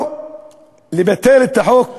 או לבטל את החוק,